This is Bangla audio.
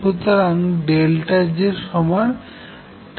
সুতরাং J সমান h